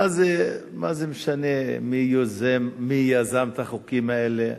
מה זה משנה מי יזם את החוקים האלה?